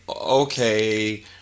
okay